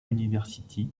university